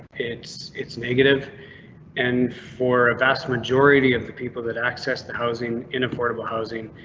it's it's negative and for a vast majority of the people that access the housing in affordable housing,